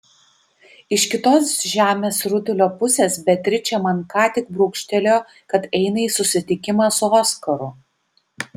iš kitos žemės rutulio pusės beatričė man ką tik brūkštelėjo kad eina į susitikimą su oskaru